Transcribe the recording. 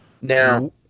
Now